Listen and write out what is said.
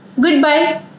goodbye